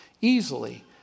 easily